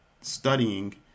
studying